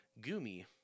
Gumi